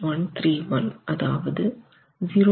131 அதாவது 0